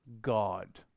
God